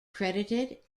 credited